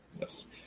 Yes